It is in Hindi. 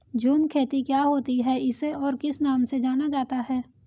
झूम खेती क्या होती है इसे और किस नाम से जाना जाता है?